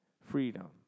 freedom